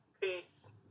peace